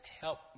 help